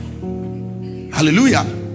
hallelujah